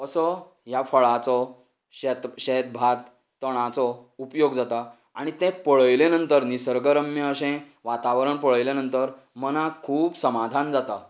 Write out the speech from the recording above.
असो ह्या फळांचो शेत शेत भात तणाचो उपयोग जाता आनी तें पळयलें नंतर निसर्ग रम्य अशें वातावरण पळयलें नंतर मनांक खूब समाधान जाता